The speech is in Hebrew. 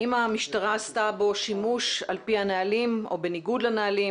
האם המשטרה עשתה בו שימוש על פי הנהלים או בניגוד לנהלים,